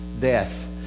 death